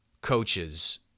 coaches